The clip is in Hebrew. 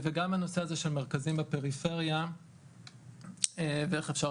וגם בנושא הזה של מרכזים בפריפריה ואיך אפשר